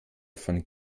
von